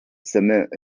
summit